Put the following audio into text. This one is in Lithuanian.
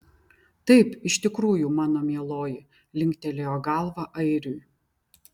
taip iš tikrųjų mano mieloji linktelėjo galva airiui